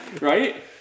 Right